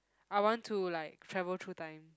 I want to like travel through time